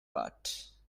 but